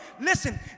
Listen